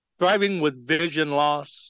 ThrivingWithVisionLoss